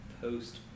post